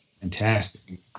Fantastic